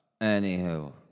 anywho